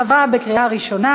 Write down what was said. עברה בקריאה ראשונה